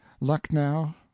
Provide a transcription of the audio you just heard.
Lucknow